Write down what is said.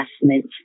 investment